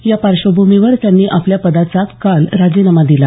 या पार्श्वभूमीवर त्यांनी आपल्या पदाचा काल राजीनामा दिला